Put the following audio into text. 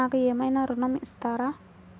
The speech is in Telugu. నాకు ఏమైనా ఋణం ఇస్తారా?